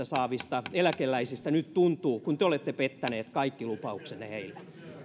saavista eläkeläisistä nyt tuntuu kun te olette pettäneet kaikki lupauksenne heille